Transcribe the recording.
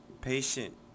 Patient